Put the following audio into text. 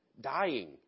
dying